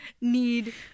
need